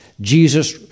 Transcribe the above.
Jesus